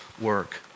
work